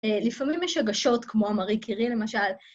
אה, לפעמים יש הגשות, כמו מרי קירי, למשל.